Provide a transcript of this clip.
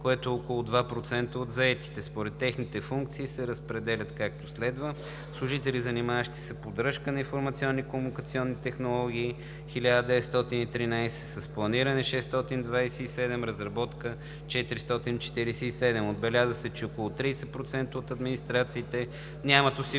което е около 2% от заетите. Според техните функции се разпределят, както следва: служители, занимаващи се с поддръжка на информационни и комуникационни технологии – 1913, с планиране – 627, с разработка – 447. Отбеляза се, че около 30% от администрациите нямат осигурен